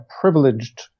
privileged